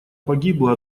погибло